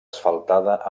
asfaltada